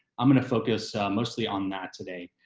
i'm going to focus mostly on that today.